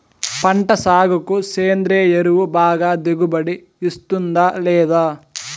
పంట సాగుకు సేంద్రియ ఎరువు బాగా దిగుబడి ఇస్తుందా లేదా